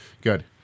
Good